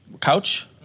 couch